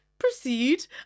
proceed